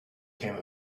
came